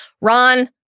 Ron-